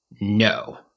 no